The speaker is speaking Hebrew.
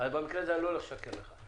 במקרה הזה אני לא הולך לשקר לך.